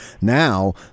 Now